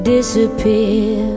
Disappear